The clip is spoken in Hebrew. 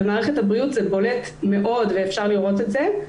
במערכת הבריאות זה בולט מאוד ואפשר לראות את זה.